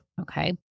okay